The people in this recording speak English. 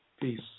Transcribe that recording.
Peace